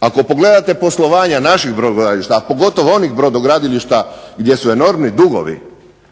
Ako pogledate poslovanja naših brodogradilišta, a pogotovo onih brodogradilišta gdje su enormni dugovi